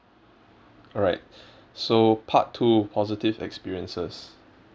alright so part two positive experiences